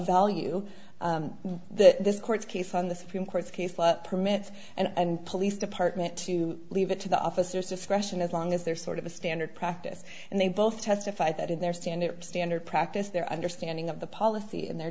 value that this court case on the supreme court's case permits and police department to leave it to the officers discretion as long as they're sort of a standard practice and they both testified that in their stand it was standard practice their understanding of the policy and their